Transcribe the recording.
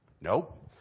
Nope